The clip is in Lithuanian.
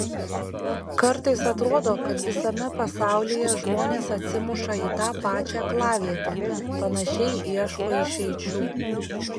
kartais atrodo kad visame pasaulyje žmonės atsimuša į tą pačią aklavietę panašiai ieško išeičių